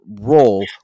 role